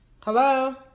Hello